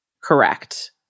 correct